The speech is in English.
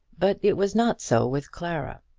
but it was not so with clara.